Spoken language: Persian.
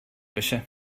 باشه